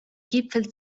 gipfel